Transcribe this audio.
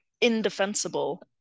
indefensible